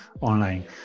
online